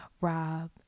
Rob